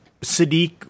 Sadiq